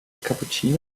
cappuccino